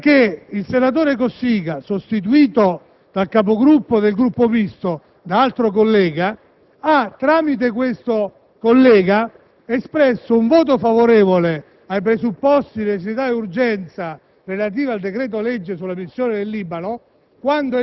il senatore Cossiga, sostituito dal Capogruppo del Gruppo Misto con un altro collega, ha espresso tramite questo collega un voto favorevole sui presupposti di necessità ed urgenza relativi al decreto-legge sulla missione in Libano,